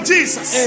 Jesus